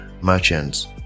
merchants